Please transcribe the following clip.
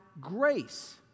grace